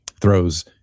throws